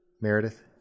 Meredith